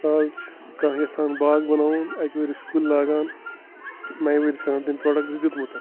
آز چھِ کانٛہہ یژھان باغ بناوُن اَکہِ ؤری چھِ کُلۍ لاگان نَیہِ ؤرِی چھِ آسان تٔمۍ پرٛوٚڈَکٹ دیُتمُت